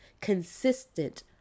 consistent